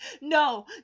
No